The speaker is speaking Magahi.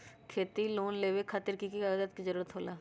खेती लोन लेबे खातिर की की कागजात के जरूरत होला?